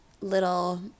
little